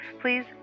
please